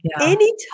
Anytime